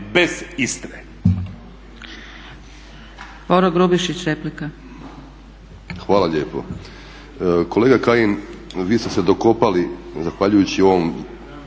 bez Istre.